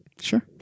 Sure